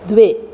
द्वे